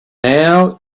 now